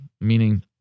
meaning